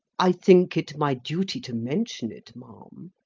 i think it my duty to mention it, ma'am.